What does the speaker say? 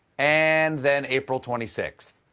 and then april twenty six.